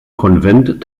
konvent